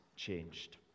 changed